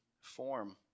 form